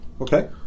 Okay